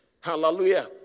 hallelujah